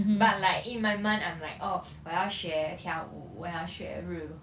but like in my mind I'm like oh 我要学跳舞我要学日